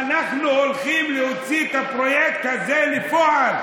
אנחנו הולכים להוציא את הפרויקט הזה לפועל.